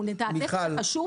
אנחנו נתעדף את החשוב.